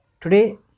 today